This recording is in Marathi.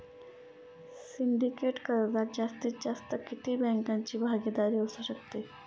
सिंडिकेट कर्जात जास्तीत जास्त किती बँकांची भागीदारी असू शकते?